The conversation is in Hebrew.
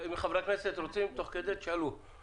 חברי הכנסת, אם אתם רוצים, תשאלו תוך כדי.